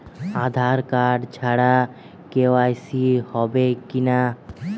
আধার card ছাড়া KYC হবে কিনা?